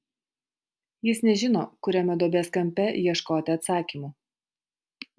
jis nežino kuriame duobės kampe ieškoti atsakymų